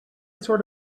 sort